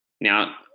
Now